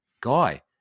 guy